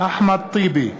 אחמד טיבי,